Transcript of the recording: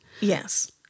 yes